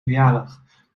verjaardag